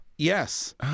Yes